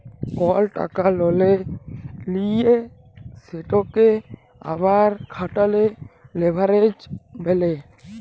call টাকা ললে লিঁয়ে সেটকে আবার খাটালে লেভারেজ ব্যলে